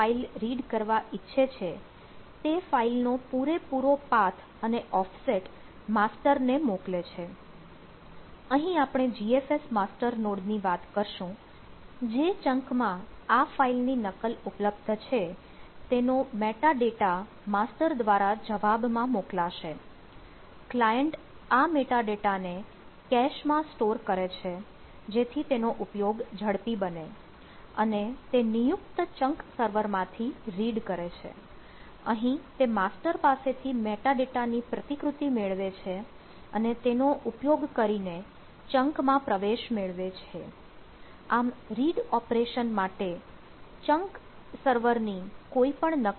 હવે GFS માં read operation જોઈએ